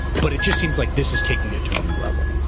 but it just seems like this is taking it to a new level.